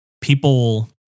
people